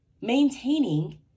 maintaining